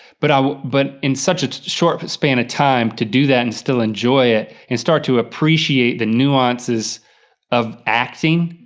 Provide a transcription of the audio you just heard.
but ah but in such a short span of time to do that and still enjoy it, and start to appreciate the nuances of acting,